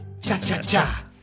Cha-cha-cha